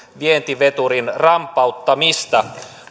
vientiveturin rampauttamista